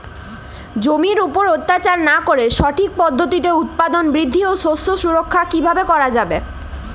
জমির উপর অত্যাচার না করে সঠিক পদ্ধতিতে উৎপাদন বৃদ্ধি ও শস্য সুরক্ষা কীভাবে করা যাবে?